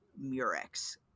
murex